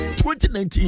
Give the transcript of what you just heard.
2019